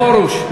חבר הכנסת פרוש.